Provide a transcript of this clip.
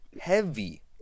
heavy